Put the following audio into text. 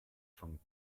von